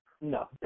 No